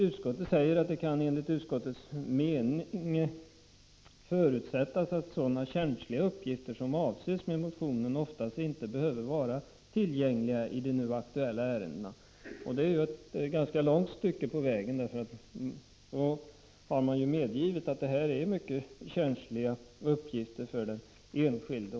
Utskottets skrivning lyder: ”Det kan enligt utskottets mening förutsättas att sådana känsliga uppgifter som avses med motionen oftast inte behöver vara tillgängliga i de nu aktuella ärendena.” Man har därmed kommit en bra bit på vägen. Man har ju medgivit att det rör sig om uppgifter som är mycket känsliga för den enskilde.